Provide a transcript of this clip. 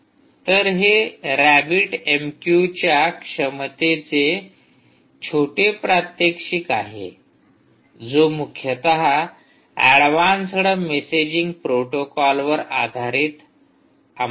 तर हे रॅबिट एमक्यूच्या क्षमतेचे छोटे प्रात्यक्षिक आहे जो मुख्यतः ऍडवान्सड मेसेजिंग प्रोटोकॉलवर आधारित अमलात आणला जातो